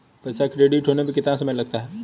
पैसा क्रेडिट होने में कितना समय लगता है?